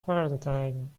quarantine